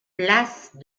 place